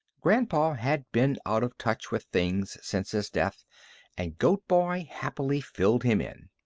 grandpa had been out of touch with things since his death and goat-boy happily filled him in.